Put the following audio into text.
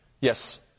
Yes